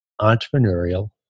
entrepreneurial